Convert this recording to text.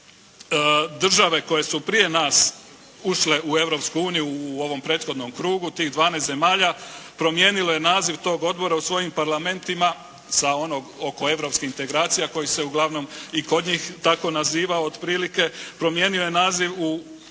toga države koje su prije nas ušle u Europsku uniju u ovom prethodnom krugu, tih 12 zemalja promijenilo je naziv tog odbora u svojim Parlamentima sa onog oko europskih integracija koji se uglavnom i kod njih tako nazivao otprilike, promijenio je naziv u